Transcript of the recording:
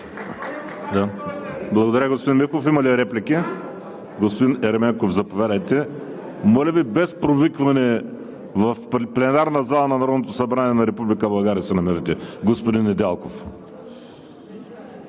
Благодаря, господин Михов. Има ли реплики? Господин Ерменков, заповядайте. Моля Ви, без провикване! В пленарната зала на Народното събрание на Република България се намирате, господин Недялков.